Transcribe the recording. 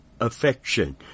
affection